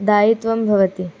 दायित्वं भवति